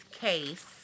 case